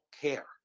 care